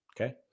Okay